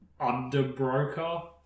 Underbroker